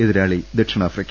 എതി രാളി ദക്ഷിണാഫ്രിക്ക